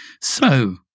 So-